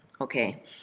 Okay